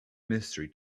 mystery